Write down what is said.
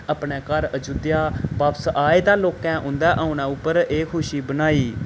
अपने घर अयोध्या बापस आए ते लोकें उं'दे औने पर एह् खुशी बनाई